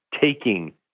taking